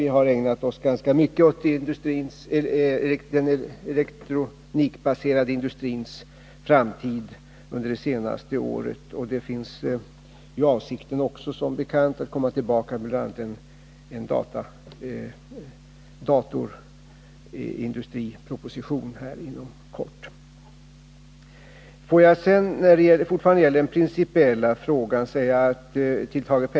Vi har under det senaste året ägnat oss ganska mycket åt den elektronikbaserade industrins framtid, och som bekant ämnar vi inom kort lägga fram en datorindustriproposition.